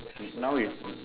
now is